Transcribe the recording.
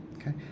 okay